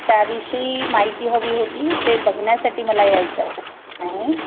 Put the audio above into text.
त्याविषयी माहिती हवी होती ते बघण्यासाठी मला यायचं आहे